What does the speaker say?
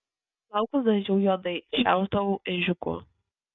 plaukus dažiau juodai šiaušdavau ežiuku